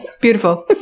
Beautiful